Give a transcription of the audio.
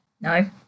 No